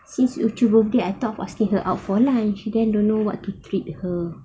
since yeo choo birthday I thought of asking her out for lunch then don't know what to treat her